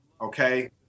okay